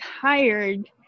hired